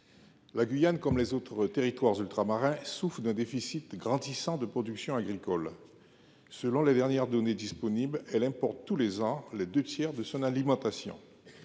la Guyane, comme les autres territoires ultramarins, souffre d’un déficit grandissant de production agricole. Selon les dernières données disponibles, elle importe tous les ans les deux tiers de son alimentation.